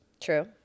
True